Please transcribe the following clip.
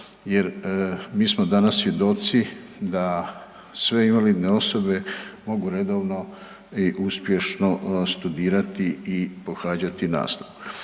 jer mi smo danas svjedoci da sve invalidne osobe mogu redovno i uspješno studirati i pohađati nastavu.